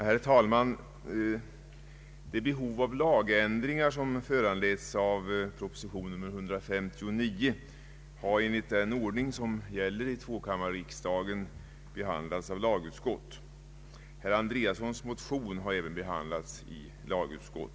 Herr talman! Det behov av lagändringar som föranleds av proposition nr 159 har enligt den ordning som gäller i tvåkammarriksdagen behandlats av andra lagutskottet, dit även herr Andreassons motion hänvisats.